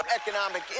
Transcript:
Economic